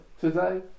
today